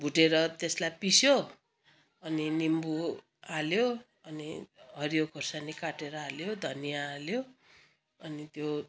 भुटेर त्यसलाई पिस्यो अनि निम्बु हाल्यो अनि हरियो खोर्सानी काटेर हाल्यो धनियाँ हाल्यो अनि त्यो